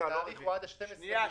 תאריכו עד ה-12 ביולי,